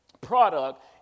product